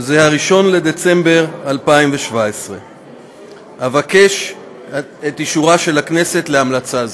1 בדצמבר 2017. אבקש את אישורה של הכנסת להמלצה זו.